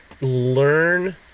learn